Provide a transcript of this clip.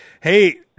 hey